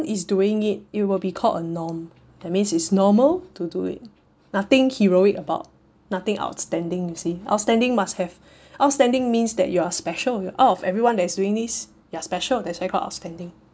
is doing it it will be called a norm that means it's normal to do it nothing heroic about nothing outstanding you see outstanding must have outstanding means that you are special out of everyone that is doing this you are special that's why called outstanding